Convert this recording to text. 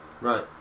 Right